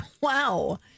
Wow